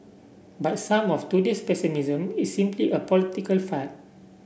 but some of today's pessimism is simply a political fad